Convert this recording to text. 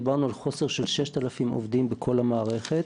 דיברנו על חוסר של 6,000 עובדים בכל המערכת